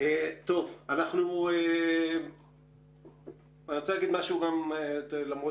אני רוצה לגבי מדיניות הוועדה למרות